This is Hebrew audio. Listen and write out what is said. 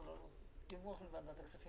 ועדת הכספים